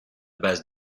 bases